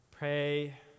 Pray